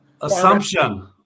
Assumption